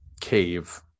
cave